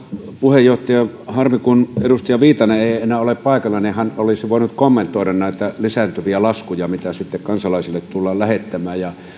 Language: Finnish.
puheenjohtaja harmi että edustaja viitanen ei ei enää ole paikalla kun hän olisi voinut kommentoida näitä lisääntyviä laskuja mitä kansalaisille tullaan lähettämään